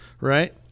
right